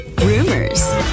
rumors